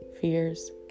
Fears